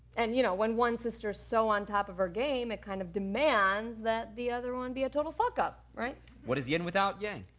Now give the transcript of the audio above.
and you know when one sister so on top of her game it kind of demands that the other one be a total fuck-up right? what is yin without yang?